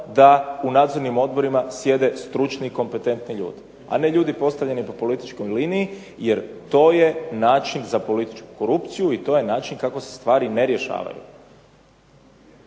da u nadzornim odborima sjede stručni i kompetentni ljudi, a ne ljudi postavljeni po političkoj liniji jer to je način za političku korupciju i to je način kako se stvari ne rješavaju.